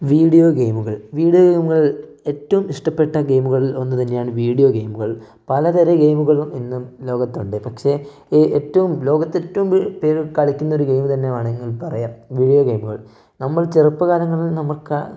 video ഗെയിമുകൾ video ഗെയിമുകൾ ഏറ്റവും ഇഷട്ടപ്പെട്ട ഗെയിമുകളിൽ ഒന്ന് തന്നെയാണ് വീഡിയോ ഗെയിമുകൾ പലതരം ഗെയിമുകൾ ഇന്ന് ലോകത്തുണ്ട് പക്ഷേ ഏറ്റവും ലോകത്ത് ഏറ്റവും പേര് കളിക്കുന്ന ഒരു ഗെയിമ് തന്നെ വേണമെങ്കിൽ പറയാം വീഡിയോ ഗെയിമുകൾ നമ്മൾ ചെറുപ്പ കാലങ്ങളിൽ നമുക്ക്